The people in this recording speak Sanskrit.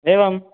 एवं